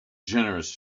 generous